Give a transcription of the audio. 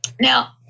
Now